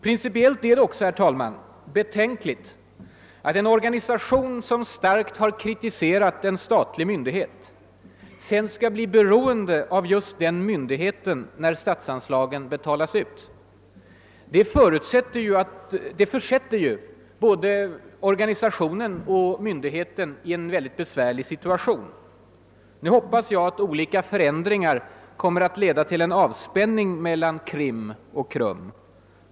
Principiellt är det också betänkligt att en organisation som starkt har kritiserat en statlig myndighet sedan skall bli beroende av just den myndigheten när statsanslagen betalas ut. Det försätter ju både organisationen och myndigheten i en mycket besvärlig situation. Nu hoppas jag att olika förändringar kommer att leda till en avspänning mellan KRIM och KRUM.